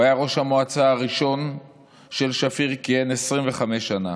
הוא היה ראש המועצה הראשון של שפיר, כיהן 25 שנה,